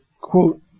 quote